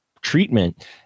treatment